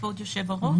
כבוד היושב-ראש